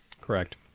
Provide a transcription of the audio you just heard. Correct